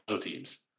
teams